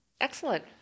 Excellent